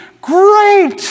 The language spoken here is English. Great